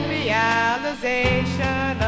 realization